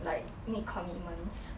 like need commitments